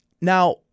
Now